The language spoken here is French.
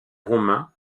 romains